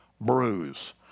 bruise